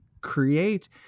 create